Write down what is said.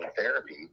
therapy